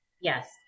Yes